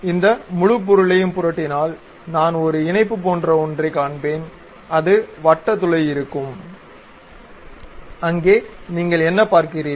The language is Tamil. இந்த முழு பொருளையும் புரட்டினால் நான் ஒரு இணைப்பு போன்ற ஒன்றைக் காண்பேன் ஒரு வட்ட துளை இருக்கும் அங்கே நீங்கள் என்ன பார்க்கிறீர்கள்